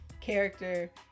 character